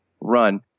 run